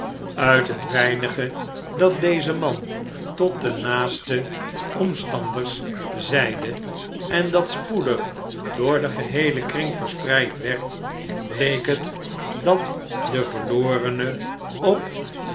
uit het weinige dat deze man tot de naaste omstanders zeide en dat spoedig door den geheelen kring verspreid werd bleek het dat de verlorene op